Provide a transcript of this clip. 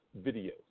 videos